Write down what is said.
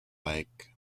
like